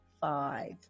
Five